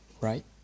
right